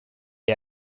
est